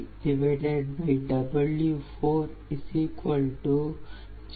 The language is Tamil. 0624 0